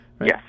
Yes